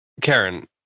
Karen